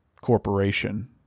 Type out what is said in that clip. corporation